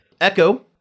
Echo